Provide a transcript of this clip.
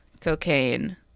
cocaine